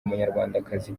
umunyarwandakazi